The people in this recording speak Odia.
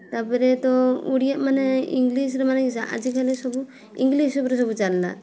ତା'ପରେ ତ ଓଡ଼ିଆ ମାନେ ଇଂଲିସ୍ରେ ମାନେ ଆଜିକାଲି ସବୁ ଇଂଲିସ୍ ଉପରେ ସବୁ ଚାଲିଲା